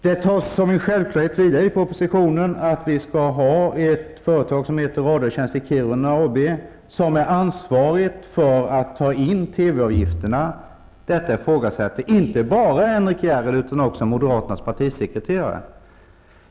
Vidare är det en självklarhet i propositionen att vi skall ha ett företag som heter Radiotjänst i Kiruna AB, som är ansvarigt för att ta in TV-avgifterna. Detta ifrågasätts inte bara av Henrik S Järrel utan också av moderaternas partisekreterare.